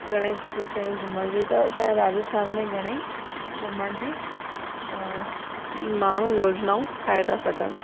घणेई सुठी शयूं घुमण जूं त असांजे राजस्थान में घणेई घुमण जी माण्हू योजनाऊं ठाहे था सघनि